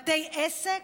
בתי עסק,